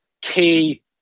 key